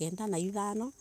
inana.